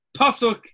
Pasuk